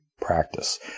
practice